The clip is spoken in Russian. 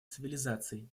цивилизаций